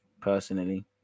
personally